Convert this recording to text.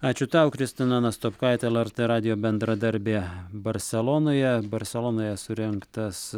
ačiū tau kristina nastopkaitė lrt radijo bendradarbė barselonoje barselonoje surengtas